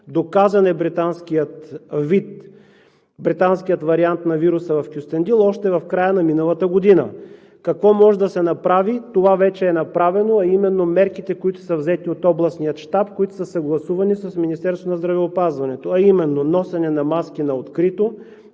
доказан е британският вариант на вируса в Кюстендил още в края на миналата година. Какво може да се направи? Това вече е направено, а именно мерките, които са взети от областния щаб, съгласувани с Министерството на здравеопазването – носене на маски на открито,